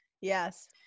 Yes